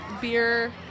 beer